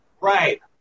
right